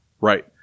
Right